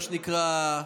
מה שנקרא,